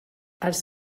els